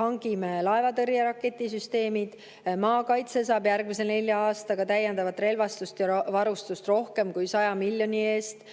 hangime laevatõrje raketisüsteemid. Maakaitse saab järgmise nelja aastaga täiendavat relvastust ja varustust rohkem kui 100 miljoni eest.